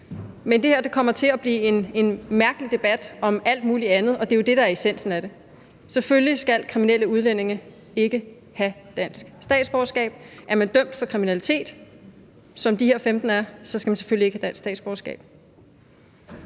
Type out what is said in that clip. men det her kommer til at blive en mærkelig debat om alt mulig andet – og det er jo det, der er essensen i det: Selvfølgelig skal kriminelle udlændinge ikke have dansk statsborgerskab. Er man dømt for kriminalitet, som de her 15 er, så skal man selvfølgelig ikke have dansk statsborgerskab.